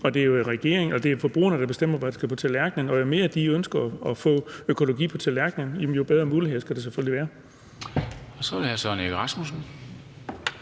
Og det er forbrugerne, der bestemmer, hvad der skal på tallerkenerne, og jo mere de ønsker at få økologi på tallerkenerne, jo bedre muligheder skal der selvfølgelig være for det. Kl. 11:42 Formanden